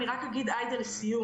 אני רק אגיד, עאידה, לסיום.